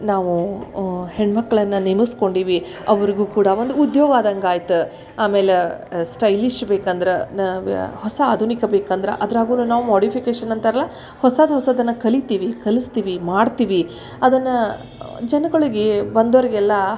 ನಾವು ಹೆಣ್ಣು ಮಕ್ಕಳನ್ನ ನೇಮಿಸ್ಕೊಂಡೀವಿ ಅವರಿಗೂ ಕೂಡ ಒಂದು ಉದ್ಯೋಗ ಆದಂಗೆ ಆಯಿತು ಆಮೇಲೆ ಸ್ಟೈಲಿಶ್ ಬೇಕಂದ್ರೆ ನಾವು ಹೊಸ ಆಧುನಿಕ ಬೇಕಂದ್ರೆ ಅದ್ರಾಗೂನು ನಾವು ಮಾಡಿಫಿಕೇಷನ್ ಅಂತಾರಲ್ಲ ಹೊಸದು ಹೊಸದನ್ನು ಕಲಿತೀವಿ ಕಲಿಸ್ತೀವಿ ಮಾಡ್ತೀವಿ ಅದನ್ನು ಜನಗಳಿಗೆ ಬಂದೋರಿಗೆಲ್ಲ